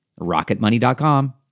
Rocketmoney.com